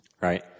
right